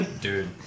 Dude